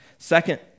Second